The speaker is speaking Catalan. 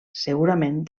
segurament